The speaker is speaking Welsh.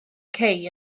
cei